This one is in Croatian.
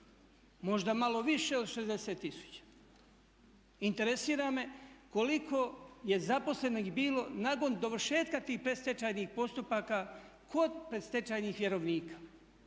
Možda malo više od 60 tisuća. Interesira me koliko je zaposlenih bilo nakon dovršetka tih predstečajnih postupaka kod predstečajnih vjerovnika?